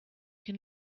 can